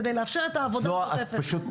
כדי לאפשר את העבודה השוטפת.